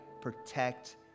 protect